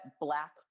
Black